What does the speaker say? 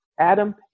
Adam